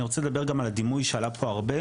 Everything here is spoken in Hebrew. אני רוצה לדבר גם על הדימוי שעלה פה הרבה,